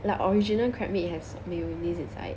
like original crab meat has mayonnaise inside